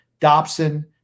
Dobson